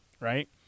right